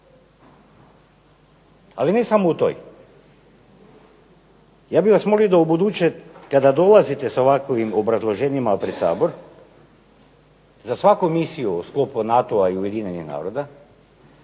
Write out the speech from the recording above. Ali ne samo u toj. Ja bih vas molio da u buduće kada dolazite sa ovakovim obrazloženjima pred Sabor za svaku misiju u sklopu NATO-a i Ujedinjenih naroda